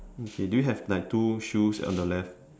okay do you have like two shoes on the left